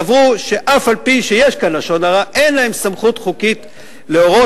סברו שאף-על-פי שיש כאן לשון הרע אין להם סמכות חוקית להורות,